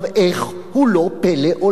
איך הוא לא פלא עולמי?